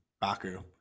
Baku